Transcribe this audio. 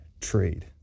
trade